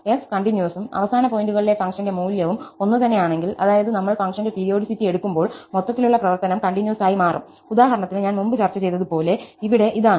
f കണ്ടിന്യൂസും അവസാന പോയിന്റുകളിലെ ഫംഗ്ഷന്റെ മൂല്യവും ഒന്നുതന്നെയാണെങ്കിൽ അതായത് നമ്മൾ ഫംഗ്ഷന്റെ പീരിയോഡിസിറ്റി എടുക്കുമ്പോൾ മൊത്തത്തിലുള്ള പ്രവർത്തനം കണ്ടിന്യൂസ് ആയി മാറും ഉദാഹരണത്തിന് ഞാൻ മുമ്പ് ചർച്ച ചെയ്തതുപോലെ ഇവിടെ ഇതാണ്